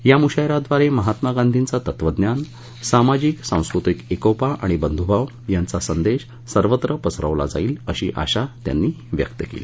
या मुशायराद्वारे महात्मा गांधींचं तत्वज्ञान सामाजिक सांस्कृतिक एकोपा आणि बंधुभाव याचा संदेश सर्वत्र पसरवला जाईल अशी आशा त्यांनी व्यक्त केली